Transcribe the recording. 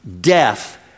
death